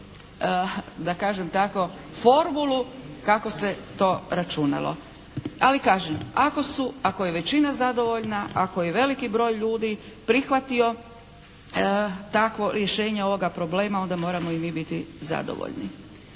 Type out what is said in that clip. da kažem tako formulu kako se to računalo. Ali kažem, ako su, ako je većina zadovoljna, ako je i veliki broj ljudi prihvatio takvo rješenje ovoga problema onda moramo i mi biti zadovoljni.